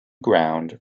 ground